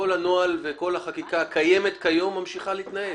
כל הנוהל וכל החקיקה הקיימת כיום ממשיכה להתנהל.